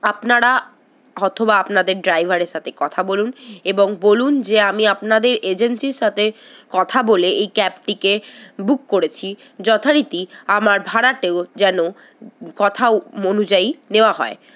আপনারা অথবা আপনাদের ড্রাইভারের সাথে কথা বলুন এবং বলুন যে আমি আপনাদের এজেন্সির সাথে কথা বলে এই ক্যাবটিকে বুক করেছি যথারীতি আমার ভাড়াতেও যেন কথা অনুযায়ী নেওয়া হয়